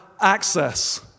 access